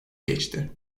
geçti